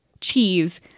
cheese